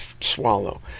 swallow